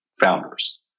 founders